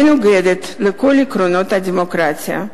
מנוגדת לכל עקרונות הדמוקרטיה.